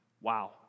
Wow